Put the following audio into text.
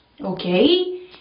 Okay